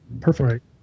Perfect